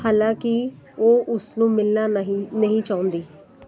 ਹਾਲਾਂਕਿ ਉਹ ਉਸ ਨੂੰ ਮਿਲਣਾ ਨਹੀਂ ਨਹੀਂ ਚਾਹੁੰਦੀ